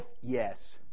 Yes